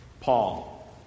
Paul